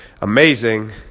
amazing